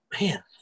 man